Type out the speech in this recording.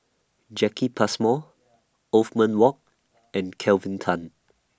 Jacki Passmore Othman Wok and Kelvin Tan